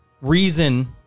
reason